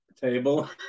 table